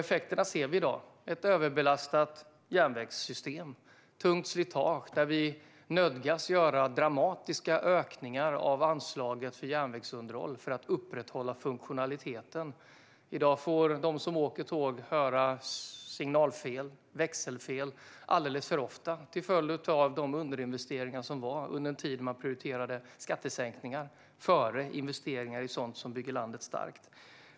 Effekterna ser vi i dag med ett överbelastat järnvägssystem och tungt slitage som gör att vi nödgas göra dramatiska ökningar av anslaget för järnvägsunderhåll för att upprätthålla funktionaliteten. I dag får de som åker tåg höra orden signalfel och växelfel alldeles för ofta till följd av underinvesteringarna under en tid som man prioriterade skattesänkningar före investeringar i sådant som bygger landet starkt.